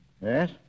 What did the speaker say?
Yes